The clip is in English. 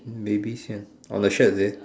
baby shirt on the shirt is it